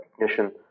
recognition